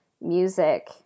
music